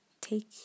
Take